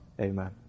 Amen